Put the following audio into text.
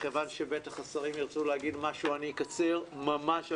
מכיוון שבטח השרים ירצו להגיד משהו אני אקצר ממש.